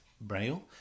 Braille